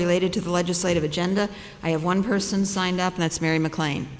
related to the legislative agenda i have one person signed up that's very mclean